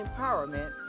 empowerment